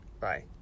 bye